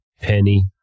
Penny